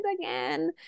again